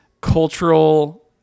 cultural